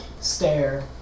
stare